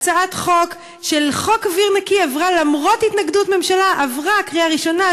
הצעת חוק אוויר נקי עברה למרות התנגדות ממשלה עברה קריאה ראשונה,